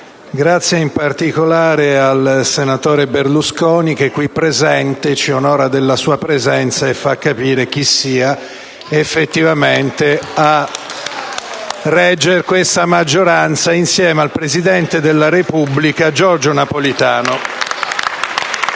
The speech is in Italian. voi e, in particolare, il senatore Berlusconi, che è qui presente, ci onora della sua presenza e fa capire chi sia effettivamente a reggere questa maggioranza, insieme al Presidente della Repubblica, Giorgio Napolitano.